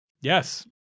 Yes